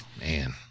man